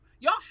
y'all